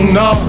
no